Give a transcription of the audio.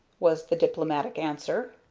was the diplomatic answer.